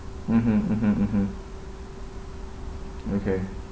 mmhmm mmhmm mmhmm okay